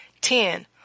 Ten